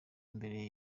imbere